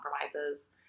compromises